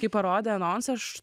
kaip parodė anonsą aš